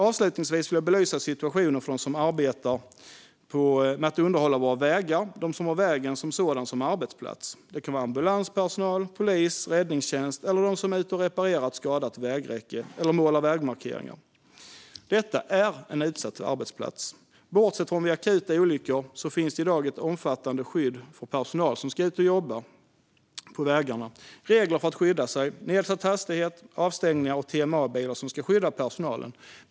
Avslutningsvis vill jag belysa situationen för dem som arbetar med att underhålla våra vägar och dem som har vägen som sådan som arbetsplats. Det kan vara ambulanspersonal, polis, räddningstjänst eller de som är ute och reparerar ett skadat vägräcke eller målar vägmarkeringar. Detta är en utsatt arbetsplats. Bortsett från vid akuta olyckor finns det i dag ett omfattande skydd för personal som ska ut och jobba på vägarna - regler för att skydda sig, nedsatt hastighet, avstängningar och TMA-bilar som ska skydda personalen.